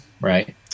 right